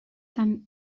than